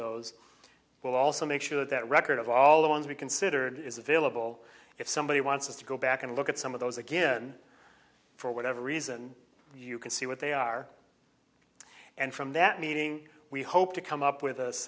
those will also make sure that record of all the ones we considered is available if somebody wants us to go back and look at some of those again for whatever reason you can see what they are and from that meeting we hope to come up with